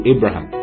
Abraham